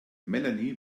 melanie